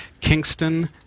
Kingston